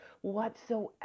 whatsoever